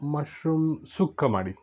mushroom sukka ಮಾಡಿ